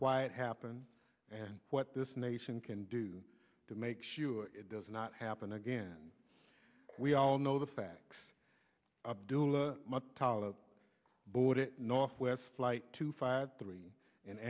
why it happened and what this nation can do to make sure it does not happen again we all know the facts abdulla talo border northwest flight two five three